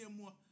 more